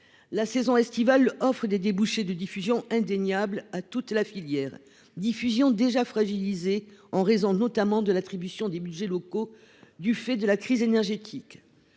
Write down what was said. La saison estivale offre des débouchés de diffusion indéniables à toute la filière- diffusion déjà fragilisée par l'attrition des budgets locaux du fait de la crise énergétique.